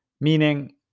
Meaning